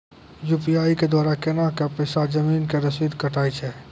UPI के द्वारा केना कऽ पैसा जमीन के रसीद कटैय छै?